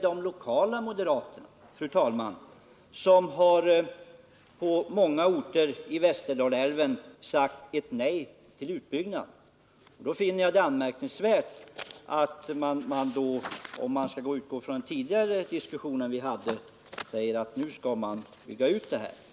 de lokala moderaterna — på många orter har sagt nej till utbyggnad. Då tycker jag att det är anmärkningsvärt, med tanke på den diskussion vi tidigare hade, att man säger att nu skall älven byggas ut.